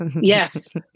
Yes